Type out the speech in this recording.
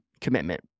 commitment